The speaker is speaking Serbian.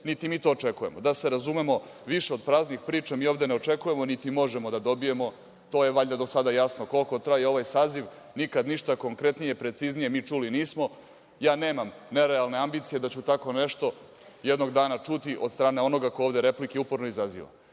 niti mi to očekujemo. Da se razumemo, više od praznih priča mi ovde ne očekujemo niti možemo da dobijemo. To je valjda do sada jasno. Koliko traje ovaj saziv, nikad ništa konkretnije ni preciznije mi čuli nismo. Ja nemam nerealne ambicije da ću tako nešto jednog dana čuti od strane onoga ko ovde replike uporno izaziva,